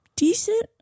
Decent